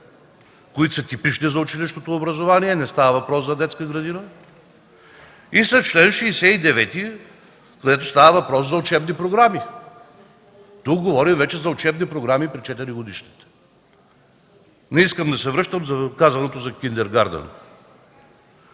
които са типични за училищното образование и не става въпрос за детска градина, и с чл. 69, където става въпрос за учебни програми. Тук говорим вече за учебни програми при четиригодишни. Не искам да се връщам за казаното за „Киндергарден”.